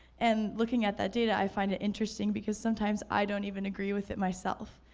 and looking at that data, i find it interesting because sometimes i don't even agree with it myself.